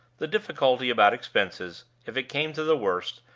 the difficulty about expenses, if it came to the worst,